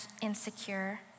insecure